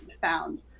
found